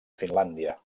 finlàndia